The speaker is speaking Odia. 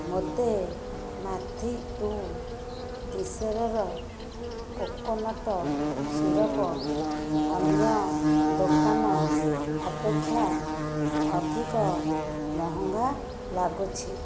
ମୋତେ ମାଥିଉ ତିଶେର୍ର କୋକୋନଟ୍ ସିରପ ଅନ୍ୟ ଦୋକାନ ଅପେକ୍ଷା ଅଧିକ ମହଙ୍ଗା ଲାଗୁଛି